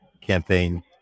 campaign